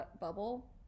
bubble